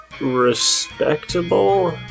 respectable